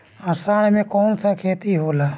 अषाढ़ मे कौन सा खेती होला?